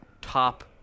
top